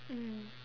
mm